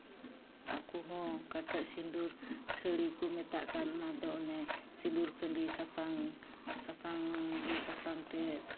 ᱟᱠᱚ ᱦᱚᱸ ᱚᱠᱟᱴᱟᱜ ᱥᱤᱸᱫᱩᱨ ᱥᱟᱹᱲᱤ ᱠᱚ ᱢᱮᱛᱟᱜ ᱠᱟᱱ ᱚᱱᱟᱫᱚ ᱚᱱᱮ ᱥᱤᱸᱫᱩᱨ ᱠᱷᱟᱹᱰᱤ ᱥᱟᱥᱟᱝ ᱥᱟᱥᱟᱝ ᱡᱮ ᱥᱟᱥᱟᱝ ᱛᱮ